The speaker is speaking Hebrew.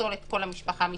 לפסול את כל המשפחה מסביב.